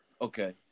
Okay